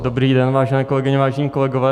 Dobrý den, vážené kolegyně, vážení kolegové.